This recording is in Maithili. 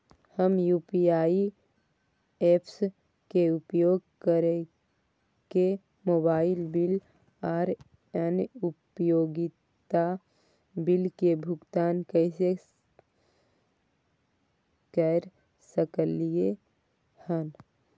हम यू.पी.आई ऐप्स के उपयोग कैरके मोबाइल बिल आर अन्य उपयोगिता बिल के भुगतान कैर सकलिये हन